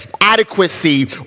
adequacy